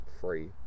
free